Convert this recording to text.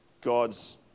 God's